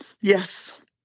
Yes